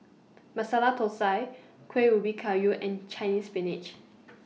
Masala Thosai Kueh Ubi Kayu and Chinese Spinach